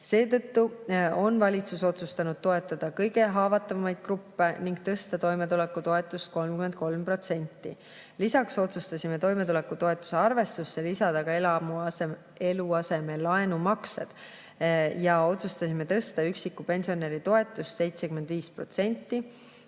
Seetõttu on valitsus otsustanud toetada kõige haavatavamaid gruppe ning tõsta toimetulekutoetust 33%. Lisaks otsustasime toimetulekutoetuse arvestusse lisada ka eluasemelaenu maksed ja otsustasime tõsta üksiku pensionäri toetust 75%